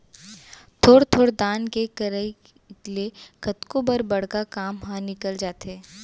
थोर थोर दान के करई ले कतको बर बड़का काम ह निकल जाथे